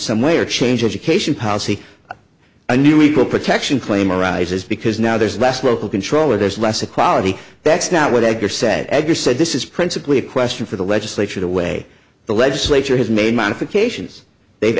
some way or change education policy a new equal protection claim arises because now there's less local control or there's less equality that's not what edgar said edgar said this is principally a question for the legislature the way the legislature has made modifications they've